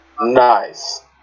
Nice